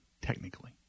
technically